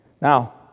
Now